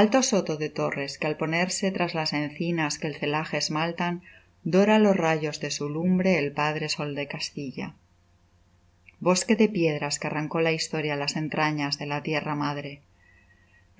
alto soto de torres que al ponerse tras las encinas que el celaje esmaltan dora á los rayos de su lumbre el padre sol de castilla bosque de piedras que arrancó la historia á las entrañas de la tierra madre